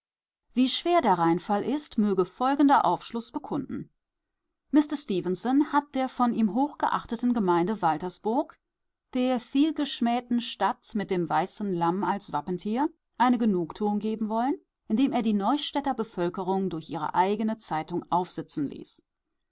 wie schwer der reinfall ist möge folgender aufschluß bekunden mister stefenson hat der von ihm hochgeachteten gemeinde waltersburg der vielgeschmähten stadt mit dem weißen lamm als wappentier eine genugtuung geben wollen indem er die neustädter bevölkerung durch ihre eigene zeitung aufsitzen ließ